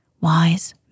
wise